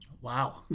Wow